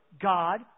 God